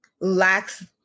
Lacks